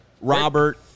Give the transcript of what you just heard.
Robert